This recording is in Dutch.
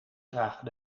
dragen